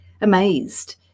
amazed